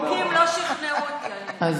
הנימוקים לא שכנעו אותי.